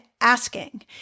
asking